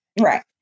Right